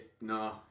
no